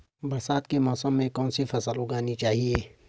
बरसात के मौसम में कौन सी फसल उगानी चाहिए?